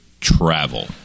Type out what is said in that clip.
travel